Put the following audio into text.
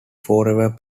forever